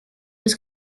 was